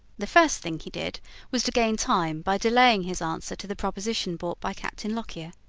the first thing he did was to gain time by delaying his answer to the proposition brought by captain lockyer.